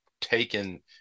taken